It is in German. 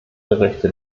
gerechte